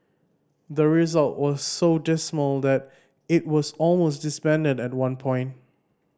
the result were so dismal that it was almost disbanded at one point